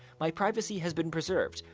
my privacy has been preserved.